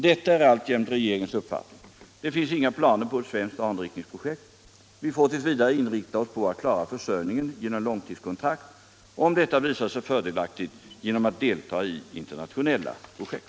Detta är alltjämt regeringens uppfattning. Det finns inga planer på ett svenskt anrikningsprojekt. Vi får t. v. inrikta oss på att klara försörjningen genom långtidskontrakt och, om detta visar sig fördelaktigt, genom att delta i internationella projekt.